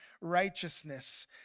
righteousness